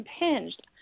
impinged